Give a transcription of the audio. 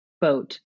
boat